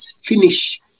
finish